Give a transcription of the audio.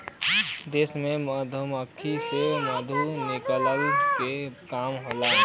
देश में मधुमक्खी से मधु निकलला के काम होला